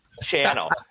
channel